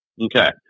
Okay